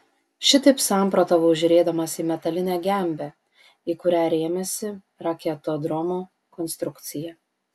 šitaip samprotavau žiūrėdamas į metalinę gembę į kurią rėmėsi raketodromo konstrukcija